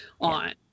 on